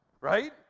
right